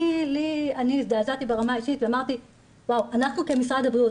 אני הזדעזעתי ברמה האישית ואמרתי שאנחנו כמשרד הבריאות,